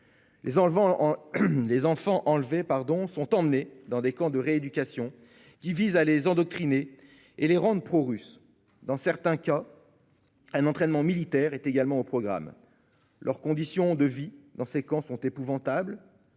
Les enfants enlevés sont amenés dans des camps de « rééducation », qui visent à les endoctriner et à les rendre prorusses. Dans certains cas, un entraînement militaire est également au programme. Leurs conditions de vie dans ces camps sont épouvantables